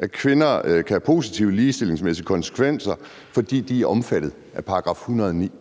det kan have positive ligestillingsmæssige konsekvenser for kvinder, fordi de er omfattet af § 109.